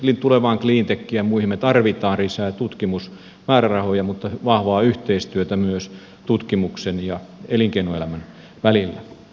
esimerkiksi tulevaan cleantechiin ja muihin me tarvitsemme lisää tutkimusmäärärahoja mutta myös vahvaa yhteistyötä tutkimuksen ja elinkeinoelämän välillä